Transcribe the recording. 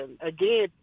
again